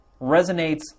resonates